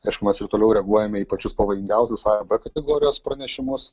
aišku mes ir toliau reaguojame į pačius pavojingiausius a ir b kategorijos pranešimus